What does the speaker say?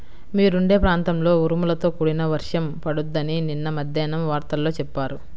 మీరుండే ప్రాంతంలో ఉరుములతో కూడిన వర్షం పడిద్దని నిన్న మద్దేన్నం వార్తల్లో చెప్పారు